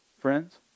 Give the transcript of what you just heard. friends